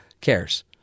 cares